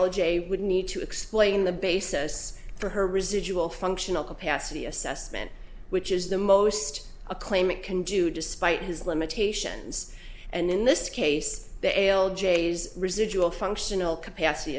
a j would need to explain the basis for her residual functional capacity assessment which is the most a claimant can do despite his limitations and in this case the ael j s residual functional capacity